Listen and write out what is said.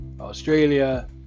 Australia